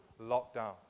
lockdown